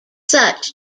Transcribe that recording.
such